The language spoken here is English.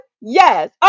yes